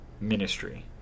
ministry